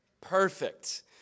Perfect